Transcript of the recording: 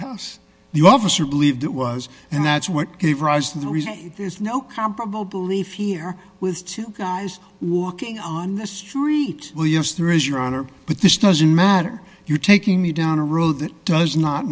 the officer believed it was and that's what gave rise to the reason there's no comparable belief here with two guys walking on the street well yes there is your honor but this doesn't matter you taking me down a road that does not